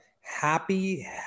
happy